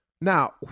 Now